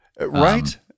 Right